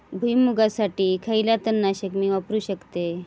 भुईमुगासाठी खयला तण नाशक मी वापरू शकतय?